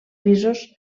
pisos